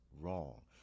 wrong